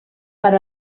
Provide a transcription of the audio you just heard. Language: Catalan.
per